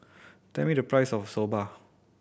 tell me the price of Soba